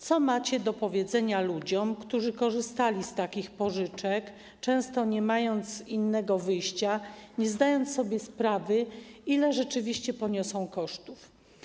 Co macie do powiedzenia ludziom, którzy korzystali z takich pożyczek, często nie mieli innego wyjścia, nie zdawali sobie sprawy, ile rzeczywiście poniosą kosztów?